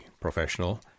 Professional